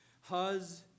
Huz